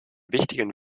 wichtigen